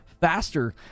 faster